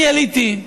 אני עליתי,